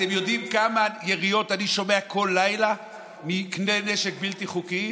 אתם יודעים כמה יריות אני שומע כל לילה מכלי נשק בלתי חוקיים?